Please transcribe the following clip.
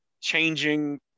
changing